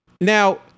Now